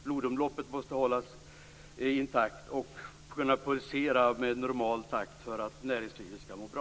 Blodomloppet måste hållas intakt och kunna pulsera med normal takt för att näringslivet skall må bra.